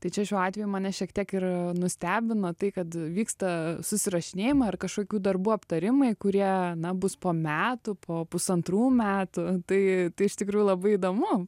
tai čia šiuo atveju mane šiek tiek ir nustebino tai kad vyksta susirašinėjimai ar kažkokių darbų aptarimai kurie na bus po metų po pusantrų metų tai iš tikrųjų labai įdomu